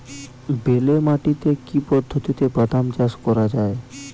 বেলে মাটিতে কি পদ্ধতিতে বাদাম চাষ করা যায়?